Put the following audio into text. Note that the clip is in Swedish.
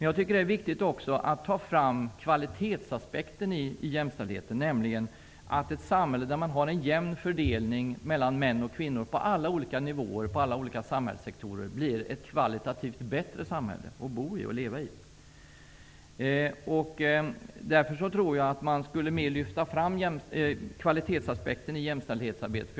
Jag tycker också att det är viktigt att ta fram kvalitetsaspekten i jämställdhetsfrågorna, dvs. att ett samhälle med en jämn fördelning mellan män och kvinnor på alla olika nivåer och i alla olika samhällssektorer blir ett kvalitativt bättre samhälle att bo och leva i. Därför tycker jag att man skall lyfta fram kvalitetsaspekten i jämställdhetsarbetet mer.